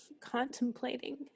contemplating